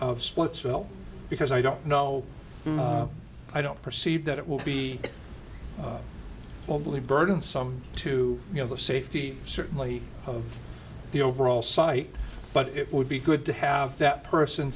of splitsville because i don't know i don't perceive that it will be overly burdensome to you know the safety certainly of the overall site but it would be good to have that person